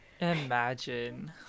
imagine